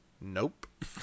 nope